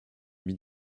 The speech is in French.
mit